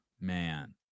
Man